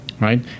right